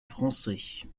français